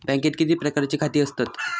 बँकेत किती प्रकारची खाती असतत?